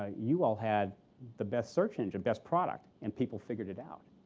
ah you all had the best search engine, best product, and people figured it out.